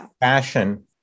fashion